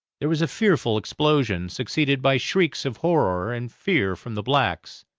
there was a fearful explosion, succeeded by shrieks of horror and fear from the blacks,